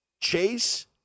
Chase